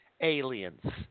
aliens